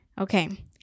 Okay